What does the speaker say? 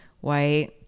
white